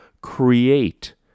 create